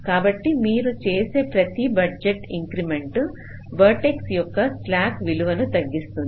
కాబట్టి మీరు చేసే ప్రతి బడ్జెట్ ఇంక్రిమెంట్ వెర్టెక్ష్ యొక్క స్లాక్ విలువను తగ్గిస్తుంది